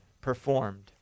performed